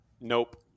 nope